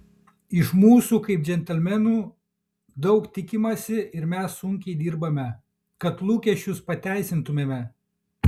iš mūsų kaip džentelmenų daug tikimasi ir mes sunkiai dirbame kad lūkesčius pateisintumėme